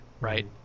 right